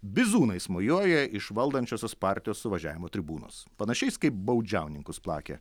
bizūnais mojuoja iš valdančiosios partijos suvažiavimo tribūnos panašiais kaip baudžiauninkus plakė